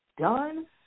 done